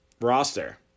roster